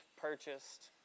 purchased